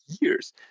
years